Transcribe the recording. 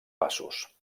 passos